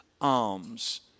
alms